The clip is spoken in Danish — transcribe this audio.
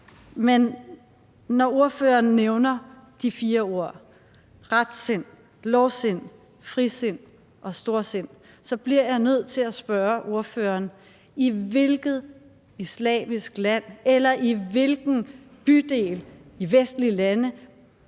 men når ordføreren nævner de fire ord – retsind, lovsind, frisind og storsind – bliver jeg nødt til at spørge ordføreren: I hvilket islamisk land eller i hvilken bydel i et vestligt land,